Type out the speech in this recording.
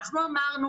אנחנו אמרנו